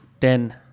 ten